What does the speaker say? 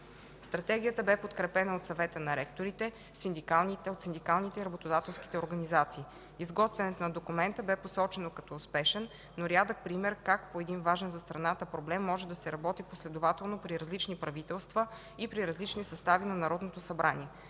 Стратегията бе подкрепена от Съвета на ректорите, синдикалните и работодателските организации. Изготвянето на документа бе посочено като успешен, но рядък пример как по един важен за страната проблем може да се работи последователно при различни правителства и при различни състави на Народното събрание.